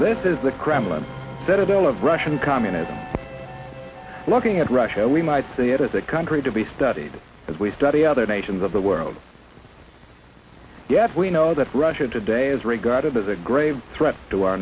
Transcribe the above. this is the kremlin that all of russian communism looking at russia we might see it as a country to be studied as we study other nations of the world yet we know that russia today is regarded as a grave threat to our